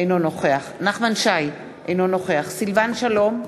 אינו נוכח נחמן שי, אינו נוכח סילבן שלום,